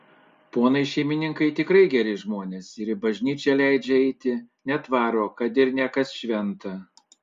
ponai šeimininkai tikrai geri žmonės ir į bažnyčią leidžia eiti net varo kad ir ne kas šventą